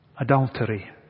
adultery